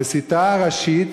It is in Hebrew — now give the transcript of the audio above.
המסיתה הראשית,